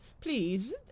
please